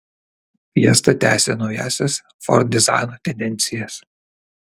fiesta tęsia naująsias ford dizaino tendencijas